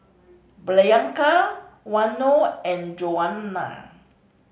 Blanca Waino and Joana